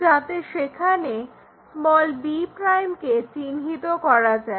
যাতে সেখানে b' কে চিহ্নিত করা যায়